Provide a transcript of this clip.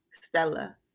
Stella